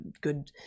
good